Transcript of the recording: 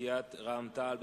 מסיעת רע"ם-תע"ל.